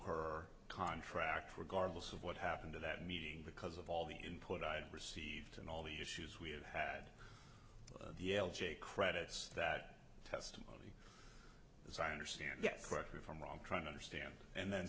her contract regardless of what happened to that meeting because of all the input i had received and all the issues we have had the l j credits that testimony as i understand get correctly from wrong trying to understand and then